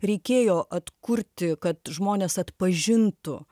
reikėjo atkurti kad žmonės atpažintų